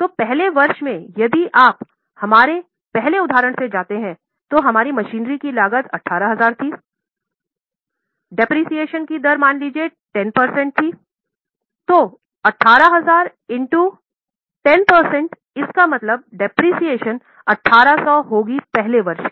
तो पहला वर्ष में यदि आप हमारे पहले उदाहरण से जाते हैं तो हमारी मशीनरी की लागत 18000 थी मान लीजिए मूल्यह्रास 1800 होगा 1 वर्ष के लिए